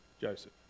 Joseph